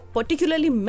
Particularly